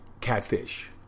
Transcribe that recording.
catfish